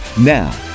Now